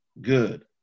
Good